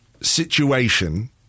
situation